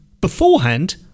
beforehand